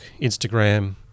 Instagram